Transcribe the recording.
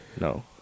No